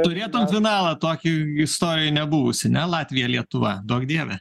turėtum finalą tokį istorijoj nebuvusį ne latvija lietuva duok dieve